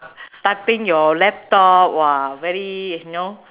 typing your laptop !wah! very you know